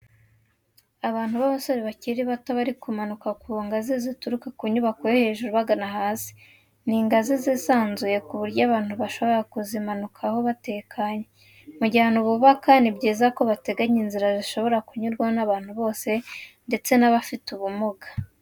Abantu b'abasore bakiri bato bari kumanuka ku ngazi zituruka mu nyubako yo hejuru bagana hasi, ni ingazi zisanzuye ku buryo abantu bashobora kuzimanukaho batekanye. Mu gihe abantu bubaka ni byiza ko bateganya inzira zishobora kunyurwaho n'abantu bose ndetse n'abafite ubumuga.